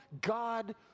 God